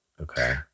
Okay